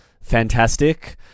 Fantastic